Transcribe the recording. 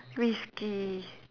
Risky